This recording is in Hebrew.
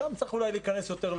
שם אולי צריך להיכנס לעומק.